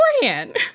beforehand